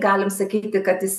galim sakyti kad jis